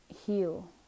heal